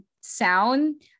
sound